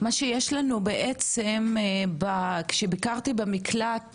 מה שיש לנו כשביקרתי במקלט